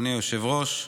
אדוני היושב-ראש,